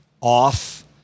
off